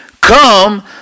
come